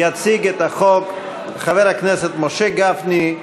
יציג את החוק חבר הכנסת משה גפני,